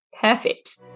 Perfect